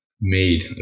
made